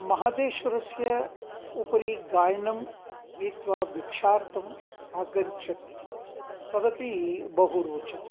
महदेश्वरस्य उपरि गायनं गीत्वा भिक्षार्थम् आगच्छन्ति तदपि बहु रोचते